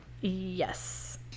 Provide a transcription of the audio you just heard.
Yes